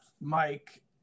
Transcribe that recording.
Mike